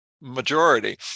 majority